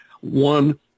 One